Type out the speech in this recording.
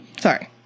sorry